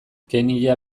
kenya